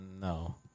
No